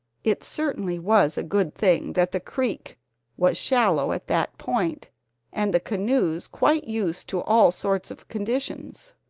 it certainly was a good thing that the creek was shallow at that point and the canoes quite used to all sorts of conditions.